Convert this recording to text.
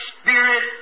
Spirit